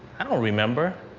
i don't remember.